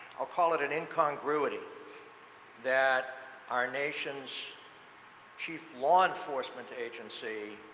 ah call it an incongruity that our nation's chief law enforcement agency